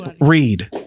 Read